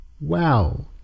Wow